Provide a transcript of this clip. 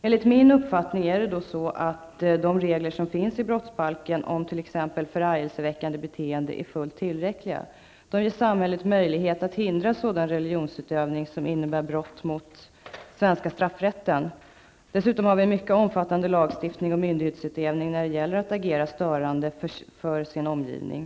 Enligt min uppfattning är det så, att de regler som finns i brottsbalken om t.ex. förargelseväckande beteende är fullt tillräckliga. De ger samhället möjlighet att hindra sådan religionsutövning som innebär brott mot den svenska straffrätten. Dessutom har vi en mycket omfattande lagstiftning och myndighetsutövning när det gäller dem som agerar störande för sin omgivning.